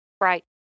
Right